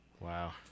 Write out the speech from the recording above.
Wow